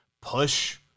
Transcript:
push